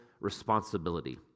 responsibility